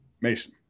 Mason